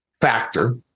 factor